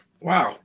wow